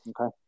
Okay